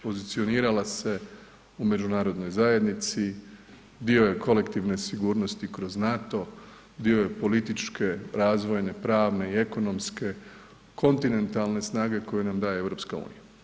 Pozicionirala se u međunarodnoj zajednici, dio je kolektivne sigurnosti kroz NATO, dio je političke, razvojne, pravne i ekonomske, kontinentalne snage koju nam daje EU.